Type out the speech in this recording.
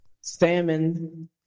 salmon